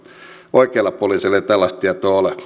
oikeilla poliiseilla ei tällaista tietoa ole